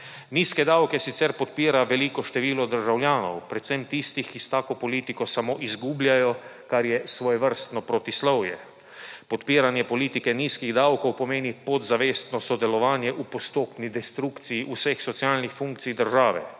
Nizke davke sicer podpira veliko število državljanov, predvsem tistih, ki s tako politiko samo izgubljajo, kar je svojevrstno protislovje. Podpiranje politike nizkih davkov pomeni podzavestno sodelovanje v postopni destrukciji vseh socialnih funkcij države.